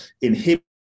inhibit